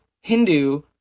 Hindu